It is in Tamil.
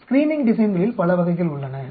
ஸ்கிரீனிங் டிசைன்களில் பல வகைகள் உள்ளன